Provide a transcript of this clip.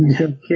Okay